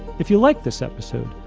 if you liked this episode,